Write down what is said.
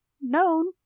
known